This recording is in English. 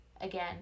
again